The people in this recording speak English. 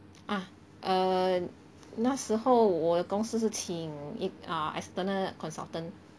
uh err 那时候我的公司是请一 uh external consultant